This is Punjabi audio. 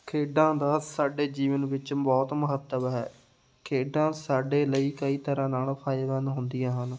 ਖੇਡਾਂ ਦਾ ਸਾਡੇ ਜੀਵਨ ਵਿੱਚ ਬਹੁਤ ਮਹੱਤਵ ਹੈ ਖੇਡਾਂ ਸਾਡੇ ਲਈ ਕਈ ਤਰ੍ਹਾਂ ਨਾਲ ਫਾਇਦੇਮੰਦ ਹੁੰਦੀਆਂ ਹਨ